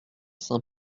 saint